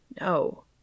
No